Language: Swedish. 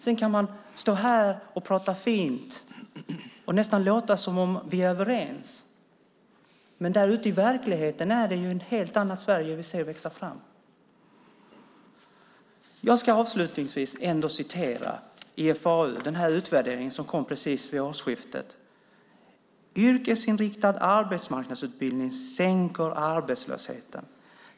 Sedan kan man stå här och prata fint och nästan låta som om vi är överens. Men där ute i verkligheten ser vi ett helt annat Sverige växa fram. Jag ska avslutningsvis ändå citera IFAU och den utvärdering som kom precis vid årsskiftet: Yrkesinriktad arbetsmarknadsutbildning sänker arbetslösheten.